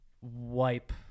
wipe